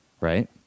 right